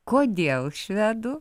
kodėl švedų